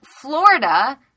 Florida